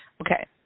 Okay